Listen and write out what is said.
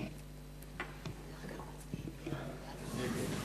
נא להצביע.